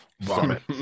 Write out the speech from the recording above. Vomit